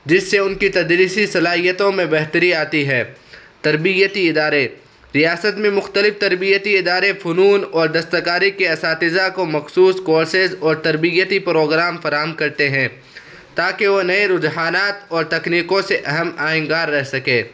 جس سے ان کی تدریسی صلاحیوں میں بہتری آتی ہے تربیتی ادارے ریاست میں مختلف تربیتی ادارے فنون اور دستکاری کے اساتذہ کو مخصوص کورسیز اور تربیتی پروگرام فراہم کرتے ہیں تاکہ انہیں رجحانات اور تکنیکوں سے اہم اہنگار رہ سکے